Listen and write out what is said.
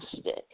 stick